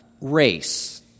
race